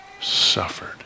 suffered